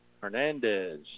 Hernandez